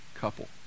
couple